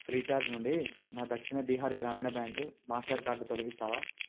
Freecharge నుండి నా Dakshin Bihar Gramin bank master card తొలగిస్తావా